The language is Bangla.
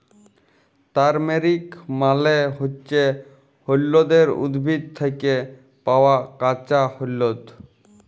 তারমেরিক মালে হচ্যে হল্যদের উদ্ভিদ থ্যাকে পাওয়া কাঁচা হল্যদ